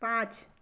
पाँच